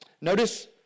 Notice